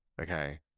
okay